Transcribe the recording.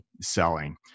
selling